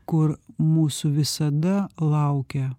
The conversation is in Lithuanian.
kur mūsų visada laukia